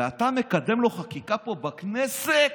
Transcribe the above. ואתה מקדם לו חקיקה פה בכנסת,